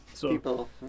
people